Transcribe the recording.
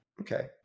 Okay